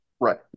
Right